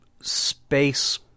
space